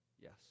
Yes